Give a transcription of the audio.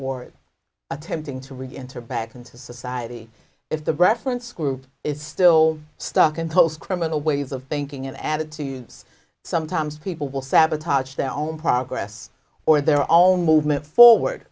or attempting to reenter back into society if the reference group is still stuck in post criminal ways of thinking in attitudes sometimes people will sabotage their own progress or their all movement forward